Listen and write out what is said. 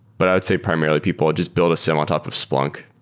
but i would say, primarily, people would just build a siem on top of splunk.